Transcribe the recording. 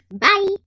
Bye